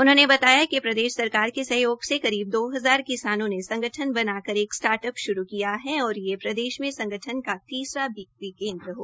उन्होंने बताया कि प्रदेश सरकार के सहयोग से करीब दो हजार किसानों ने संगठन बनाकर एक स्टार्टअप श्रू किया है और ये प्रदेश मे संगठनका तीसरा बिक्री केन्द्र है